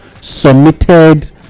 submitted